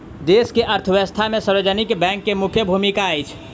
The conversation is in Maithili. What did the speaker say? देश के अर्थव्यवस्था में सार्वजनिक बैंक के मुख्य भूमिका अछि